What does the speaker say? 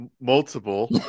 multiple